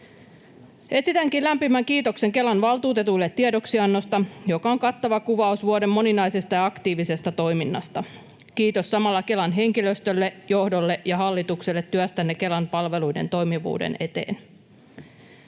Esitänkin lämpimän kiitoksen Kelan valtuutetuille tiedoksiannosta, joka on kattava kuvaus vuoden moninaisesta ja aktiivisesta toiminnasta. Kiitos samalla Kelan henkilöstölle, johdolle ja hallitukselle työstänne Kelan palveluiden toimivuuden eteen.